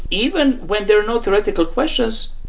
even when there are no theoretical questions,